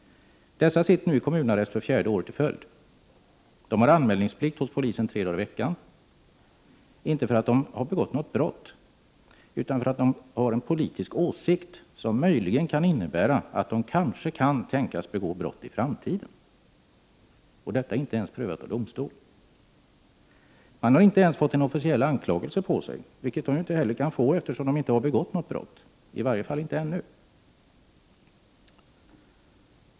Dessa sitter nu i kommunarrest för fjärde året i följd. De har anmälningsplikt hos polisen tre gånger per vecka — inte därför att de begått något brott utan därför att de har en politisk åsikt, som möjligen kan innebära att de kanske kan tänkas begå brott i framtiden. Och detta är inte ens prövat av domstol! De har inte ens fått en officiell anklagelse riktad mot sig, vilket de ju inte heller kan få, eftersom de ju inte begått något brott — i varje fall inte ännu.